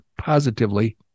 positively